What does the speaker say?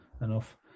enough